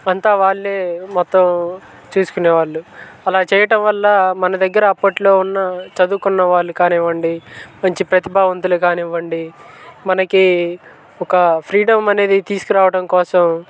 అంతా వాళ్ళే మొత్తం చేసుకునేవాళ్ళు అలా చేయటం వల్ల మన దగ్గర అప్పట్లో ఉన్న చదువుకున్న వాళ్ళు కానివ్వండి మంచి ప్రతిభావంతులు గకానివ్వండి మనకి ఒక ఫ్రీడమ్ అనేది తీసుకురావడం కోసం